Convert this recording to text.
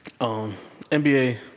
NBA